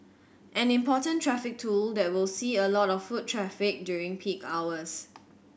an important traffic tool that will see a lot of foot traffic during peak hours